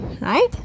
right